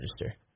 register